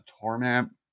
torment